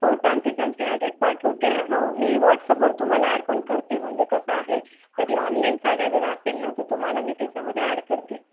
हो चालते चालते ॲड्रेस पाठवते हो मी व्हॉट्सअपवर तुम्हाला ॲड पण करते म्हणजे कसं आहे कधी ऑनलाईन साड्या जर असेल ना तर तुम्हाला मी त्याच्यामध्ये ॲड करते